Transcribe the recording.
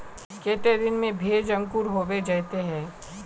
केते दिन में भेज अंकूर होबे जयते है?